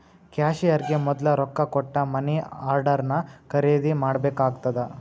ಕ್ಯಾಶಿಯರ್ಗೆ ಮೊದ್ಲ ರೊಕ್ಕಾ ಕೊಟ್ಟ ಮನಿ ಆರ್ಡರ್ನ ಖರೇದಿ ಮಾಡ್ಬೇಕಾಗತ್ತಾ